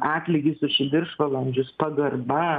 atlygis už viršvalandžius pagarba